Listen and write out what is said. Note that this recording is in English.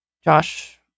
Josh